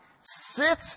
Sit